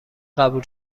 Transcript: قبول